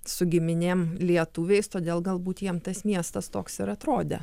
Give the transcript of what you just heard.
su giminėm lietuviais todėl galbūt jiem tas miestas toks ir atrodė